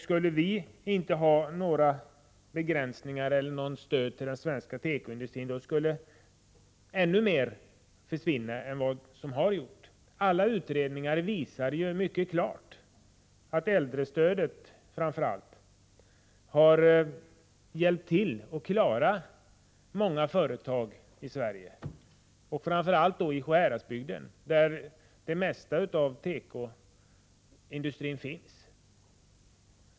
Skulle vi då inte ha några begränsningar eller något stöd till svensk tekoindustri skulle ännu mer försvinna än vad som skett. Alla utredningar visar mycket klart att framför allt äldrestödet har hjälpt till att klara många företag i Sverige, speciellt i Sjuhäradsbygden där det mesta av tekoindustrin finns.